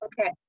Okay